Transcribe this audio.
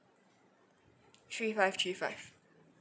three five three five